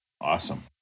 Awesome